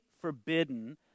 forbidden